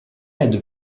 aide